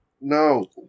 No